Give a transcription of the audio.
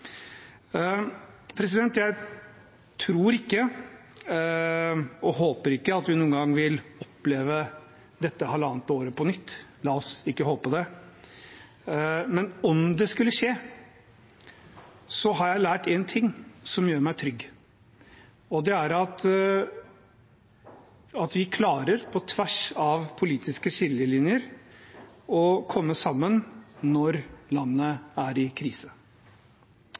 Jeg tror ikke, og håper ikke, vi noen gang vil oppleve dette halvannet året på nytt. La oss ikke håpe det. Men om det skulle skje, har jeg lært én ting som gjør meg trygg. Det er at vi på tvers av politiske skillelinjer klarer å komme sammen når landet er i krise.